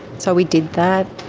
so we did that.